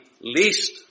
least